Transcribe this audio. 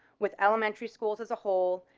with elementary schools as a whole.